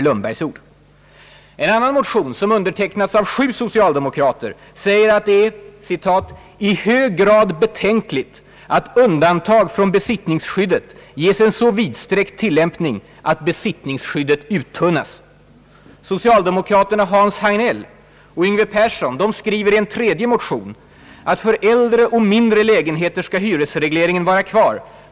I en annan motion, som har undertecknats av sju socialdemokrater, sägs att det är »i hög grad betänkligt att undantag från besittningsskyddet ges en så vidsträckt tillämpning och att besittningsskyddet uttunnas». Socialdemokraterna Hans Hagnell och Yngve Persson skriver i en tredje motion, att för äldre, mindre lägenheter bör hyresregleringen vara kvar.